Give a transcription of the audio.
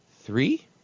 three